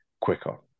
quicker